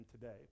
today